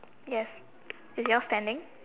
yes is it all standing